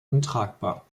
untragbar